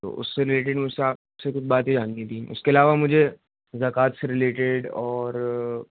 تو اس سے ریلیٹیڈ مجھ سے آپ سے کچھ باتیں جاننی تھیں اس کے علاوہ مجھے زکوٰۃ سے ریلیٹیڈ اور